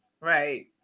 Right